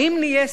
האם נהיה סין,